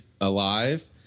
alive